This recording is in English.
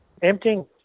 Emptying